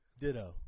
Ditto